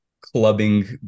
clubbing